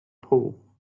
pool